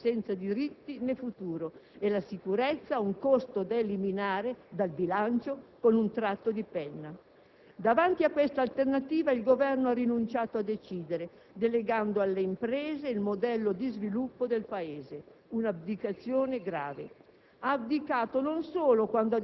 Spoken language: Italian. dove i lavoratori sono soggetti senza diritti né futuro, e la sicurezza un costo da eliminare dal bilancio con un tratto di penna. Davanti a tale alternativa, il Governo ha rinunciato a decidere, delegando alle imprese il modello di sviluppo del Paese; un'abdicazione grave.